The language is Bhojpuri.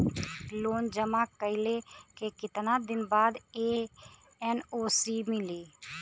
लोन जमा कइले के कितना दिन बाद एन.ओ.सी मिली?